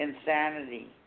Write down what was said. insanity